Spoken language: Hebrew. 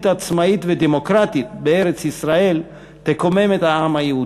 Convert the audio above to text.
עצמאית ודמוקרטית בארץ-ישראל תקומם את העם היהודי,